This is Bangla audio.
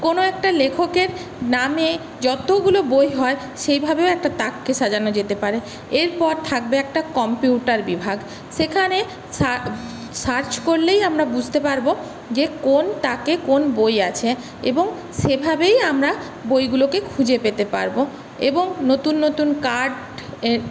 কোনও একটা লেখকের নামে যতগুলো বই হয় সেইভাবেও একটা তাককে সাজানো যেতে পারে এরপর থাকবে একটা কম্পিউটার বিভাগ সেখানে সার্চ করলেই আমরা বুঝতে পারব যে কোন তাকে কোন বই আছে এবং সেভাবেই আমরা বইগুলোকে খুঁজে পেতে পারব এবং নতুন নতুন কার্ডের